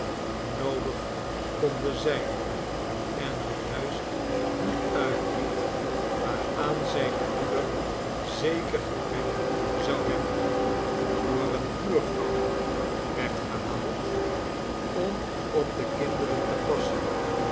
noodig konden zijn en er juist die uitliet waaraan zijne moeder zeker gebrek zou hebben hoe er eene buurvrouw werd gehaald om op de kinderen te passen